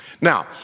now